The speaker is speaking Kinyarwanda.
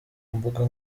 mbuga